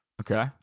Okay